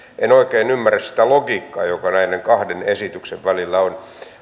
en oikein ymmärrä sitä logiikkaa joka näiden kahden esityksen välillä on